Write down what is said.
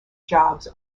jobs